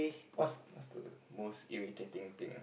what's what's the most irritating thing